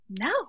no